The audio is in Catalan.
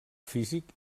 físic